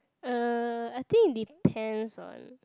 uh I think depends on